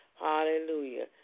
Hallelujah